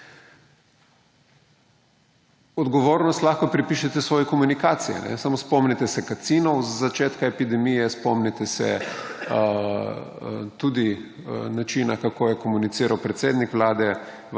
Odgovornost lahko pripišete svoji komunikaciji. Samo spomnite se Kacina od začetka epidemije, spomnite se tudi načina, kako je komuniciral predsednik Vlade,